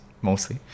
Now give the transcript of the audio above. mostly